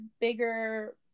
bigger